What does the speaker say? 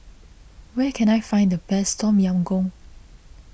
where can I find the best Tom Yam Goong